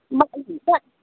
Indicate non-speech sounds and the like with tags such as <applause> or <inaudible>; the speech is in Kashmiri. <unintelligible>